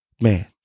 Man